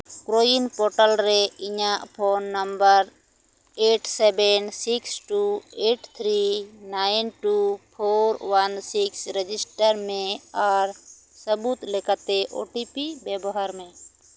CoWIN portal ᱨᱮ ᱤᱧᱟᱹᱜ phone number eight seven six two eight three nine two four one six register ᱢᱮ ᱟᱨ ᱥᱟᱹᱵᱩᱫ ᱞᱮᱠᱟᱛᱮ ᱳ ᱴᱤ ᱯᱤ ᱵᱮᱵᱚᱦᱟᱨ ᱢᱮ